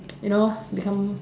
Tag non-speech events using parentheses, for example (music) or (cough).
(noise) you know become